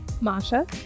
masha